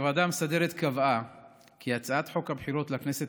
הוועדה המסדרת קבעה כי הצעת חוק הבחירות לכנסת